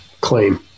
claim